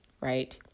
right